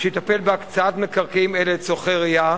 שיטפל בהקצאת מקרקעין אלה לצורכי רעייה,